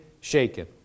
shaken